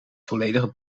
volledige